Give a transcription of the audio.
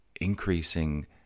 increasing